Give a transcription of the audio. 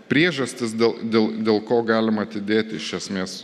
priežastys dėl dėl dėl ko galim atidėti iš esmės